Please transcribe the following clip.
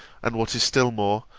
and, what is still more,